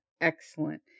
Excellent